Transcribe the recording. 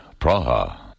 Praha